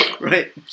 right